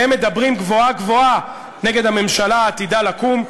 והם מדברים גבוהה-גבוהה נגד הממשלה העתידה לקום,